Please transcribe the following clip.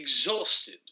exhausted